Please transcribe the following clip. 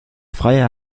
freiherr